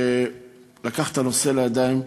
שלקח את הנושא לידיים.